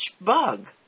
bug